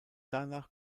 danach